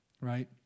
right